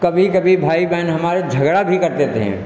कभी कभी भाई बहन हमारे झगड़ा भी करते थे